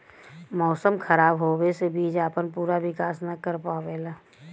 मौसम खराब होवे से बीज आपन पूरा विकास न कर पावेला